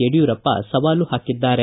ಯಡಿಯೂರಪ್ಪ ಸವಾಲು ಪಾಕಿದ್ದಾರೆ